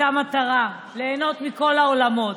הייתה מטרה: ליהנות מכל העולמות.